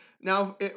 Now